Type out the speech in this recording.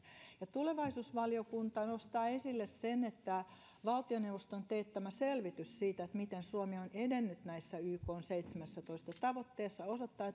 tulevaisuusvaliokunta nostaa esille sen että valtioneuvoston teettämä selvitys siitä miten suomi on edennyt näissä ykn seitsemässätoista tavoitteessa osoittaa